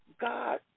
God